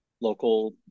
local